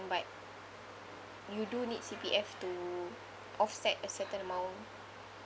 but you do need C_P_F to offset a certain amount